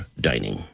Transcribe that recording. dining